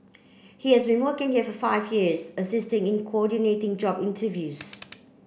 he has been working here for five years assisting in coordinating job interviews